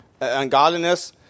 ungodliness